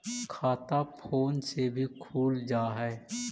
खाता फोन से भी खुल जाहै?